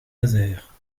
nazaire